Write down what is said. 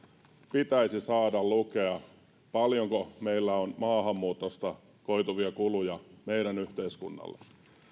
pitäisi saada lukea paljonko meillä on maahanmuutosta koituvia kuluja meidän yhteiskunnallemme